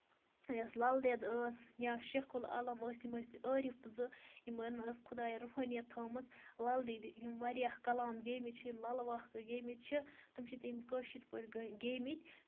یۄس لل دید ٲس یا شیخ العالم اوس یِم ٲسۍعٲرِف زٕ یِمن ٲس خدایَن روٗحٲنیَتھ تھٲومٕژ لل دید یِم واریاہ کلام گیٚومٕتۍ چھِ یِم لالہٕ واکھ گیٚومٕتۍ چھِ تِم چھِ تٔمۍ کٲشِر پٲٹھۍ گیٚومٕتۍ